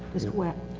is it wet?